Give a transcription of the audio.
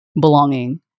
belonging